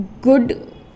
Good